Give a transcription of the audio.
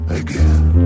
again